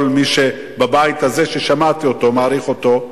אלא כל מי ששמעתי בבית הזה מעריך אותו,